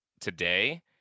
today